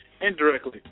indirectly